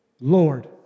Lord